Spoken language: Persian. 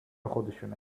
خودشونه